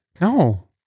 no